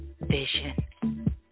vision